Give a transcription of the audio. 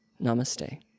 Namaste